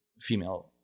female